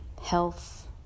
health